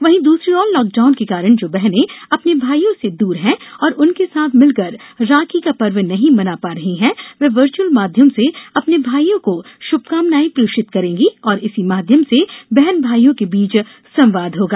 वहीं दूसरी ओर लॉकडाउन के कारण जो बहने अपने भाईयों से दूर हैं और उनके साथ मिलकर राखी का पर्व नहीं मना पा रही हैं वे वर्चुअल माध्यम से अपने भाईयों को श्भकामनाएं प्रेषित करेंगी और इसी माध्यम से बहन भाईयों के बीच संवाद होगा